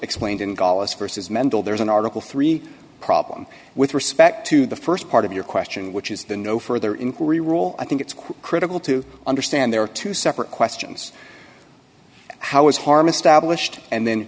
dollars versus mental there's an article three problem with respect to the st part of your question which is the no further inquiry rule i think it's critical to understand there are two separate questions how is harm established and then